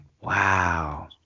wow